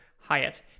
Hyatt